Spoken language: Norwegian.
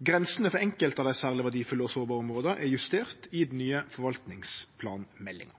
Grensene for enkelte av dei særleg verdifulle og sårbare områda er justerte i den nye forvaltningsplanmeldinga.